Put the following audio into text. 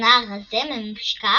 הוא נער רזה ממושקף